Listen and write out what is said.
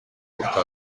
portato